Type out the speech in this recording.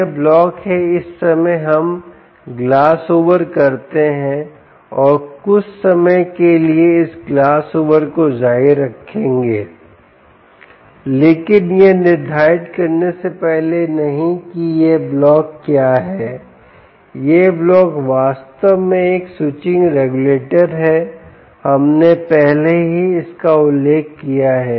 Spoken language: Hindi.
यह ब्लॉक A इस समय हम ग्लास ओवर करते है और कुछ समय के लिए इस ग्लास ओवर को जारी रखेंगे रखेगा लेकिन यह निर्धारित करने से पहले नहीं कि यह ब्लॉक क्या है यह ब्लॉक वास्तव में एक स्विचिंग रेगुलेटर है हमने पहले ही इसका उल्लेख किया है